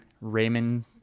Raymond